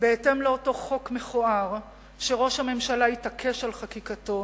בהתאם לאותו חוק מכוער שראש הממשלה התעקש על חקיקתו.